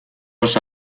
los